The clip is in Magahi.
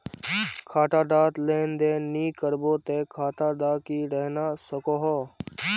खाता डात लेन देन नि करबो ते खाता दा की रहना सकोहो?